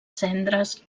cendres